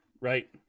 right